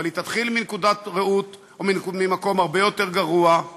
אבל היא תתחיל ממקום הרבה יותר גרוע,